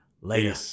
Later